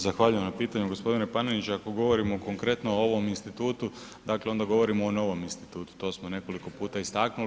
Zahvaljujem na pitanju gospodine Panenić, ako govorimo konkretno o ovom institutu, dakle onda govorimo o novom institutu, to smo nekoliko puta istaknuli.